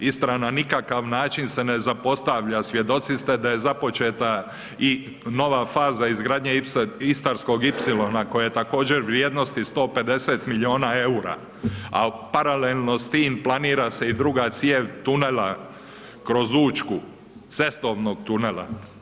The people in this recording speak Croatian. Istra na nikakav način se ne zapostavlja, svjedoci se da je započeta i nova faza izgradnje Istarskog ipsilona koja je također vrijednosti 150 milijuna EUR-a, a paralelno s tim planira se i druga cijev tunela kroz Učku, cestovnog tunela.